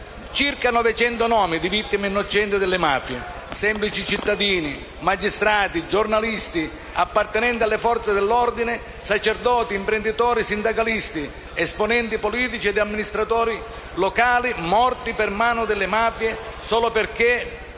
circa 900 i nomi di vittime innocenti delle mafie: semplici cittadini, magistrati, giornalisti, appartenenti alle Forze dell'ordine, sacerdoti, imprenditori, sindacalisti, esponenti politici e amministratori locali sono morti per mano delle mafie solo perché,